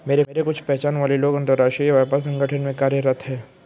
मेरे कुछ पहचान वाले लोग अंतर्राष्ट्रीय व्यापार संगठन में कार्यरत है